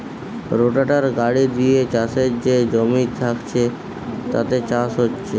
রোটাটার গাড়ি দিয়ে চাষের যে জমি থাকছে তাতে চাষ হচ্ছে